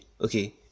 okay